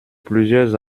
plusieurs